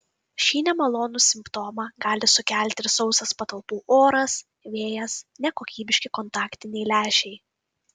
šį nemalonų simptomą gali sukelti ir sausas patalpų oras vėjas nekokybiški kontaktiniai lęšiai